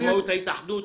עצמאות ההתאחדות,